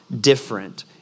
different